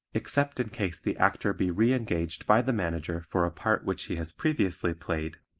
except in case the actor be re-engaged by the manager for a part which he has previously played,